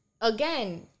again